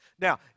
Now